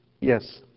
Yes